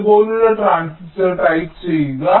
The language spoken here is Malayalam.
ഇതുപോലുള്ള ട്രാൻസിസ്റ്റർ ടൈപ്പ് ചെയ്യുക